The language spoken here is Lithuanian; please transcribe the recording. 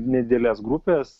nedidelės grupės